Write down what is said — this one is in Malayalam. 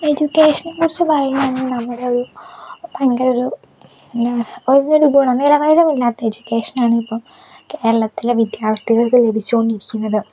എഡ്യൂക്കേഷനെക്കുറിച്ച് പറയുകയാണെങ്കിൽ നമ്മുടെ ഒരു ഭയങ്കര ഒരു എന്താ പറയുക ഒന്നിനും ഗുണനിലവമില്ലാത്ത എഡ്യൂക്കേഷനാണ് ഇപ്പോൾ കേരളത്തിലെ വിദ്യാർത്ഥികൾക്ക് ലഭിച്ച് കൊണ്ടിരിക്കുന്നത്